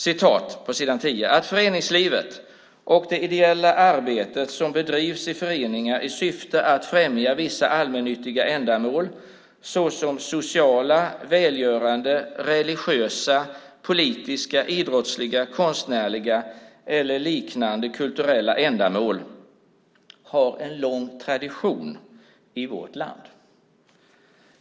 Det står att "föreningslivet och det ideella arbete som bedrivs i föreningar i syfte att främja vissa allmännyttiga ändamål, såsom sociala, välgörande, religiösa, politiska, idrottsliga, konstnärliga eller liknande kulturella ändamål, har en lång tradition i vårt land.